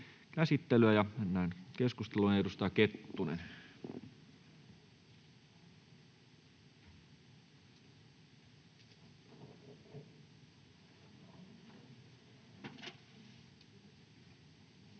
kuin edustaja Kettunen